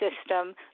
system